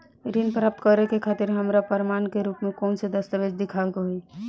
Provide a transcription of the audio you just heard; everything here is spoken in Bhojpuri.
ऋण प्राप्त करे के खातिर हमरा प्रमाण के रूप में कउन से दस्तावेज़ दिखावे के होइ?